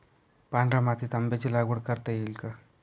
पांढऱ्या मातीत आंब्याची लागवड करता येईल का?